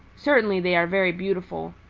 certainly they are very beautiful.